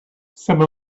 some